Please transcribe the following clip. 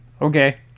okay